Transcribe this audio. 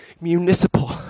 municipal